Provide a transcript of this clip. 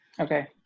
Okay